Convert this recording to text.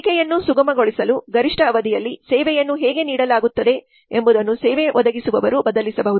ಬೇಡಿಕೆಯನ್ನು ಸುಗಮಗೊಳಿಸಲು ಗರಿಷ್ಠ ಅವಧಿಯಲ್ಲಿ ಸೇವೆಯನ್ನು ಹೇಗೆ ನೀಡಲಾಗುತ್ತದೆ ಎಂಬುದನ್ನು ಸೇವೆ ಒದಗಿಸುವವರು ಬದಲಿಸಬಹುದು